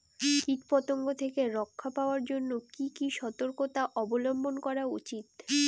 কীটপতঙ্গ থেকে রক্ষা পাওয়ার জন্য কি কি সর্তকতা অবলম্বন করা উচিৎ?